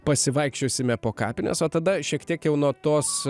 pasivaikščiosime po kapines o tada šiek tiek jau nuo tos